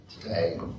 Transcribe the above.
Today